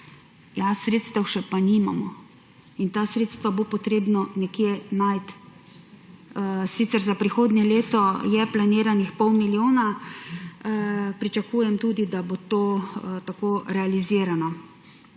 sredstev še pa nimamo. In ta sredstva bo treba nekje najti. Sicer za prihodnje leto je planirano pol milijona, pričakujem tudi, da bo to tako realizirano.